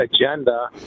agenda